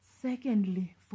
Secondly